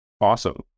Awesome